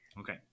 Okay